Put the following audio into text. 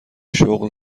شغل